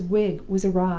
his wig was awry.